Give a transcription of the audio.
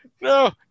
No